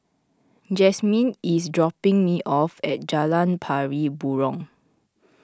Jasmyn is dropping me off at Jalan Pari Burong